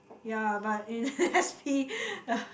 ya but in s_p